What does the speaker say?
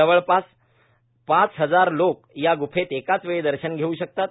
जवळपास पाच हजार लोक या ग्फेत एकाचवेळी दर्शन घेऊ शकतात